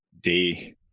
day